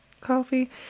coffee